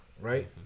right